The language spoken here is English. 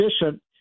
efficient